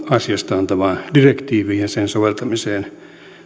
asiasta antamaan direktiiviin ja sen soveltamiseen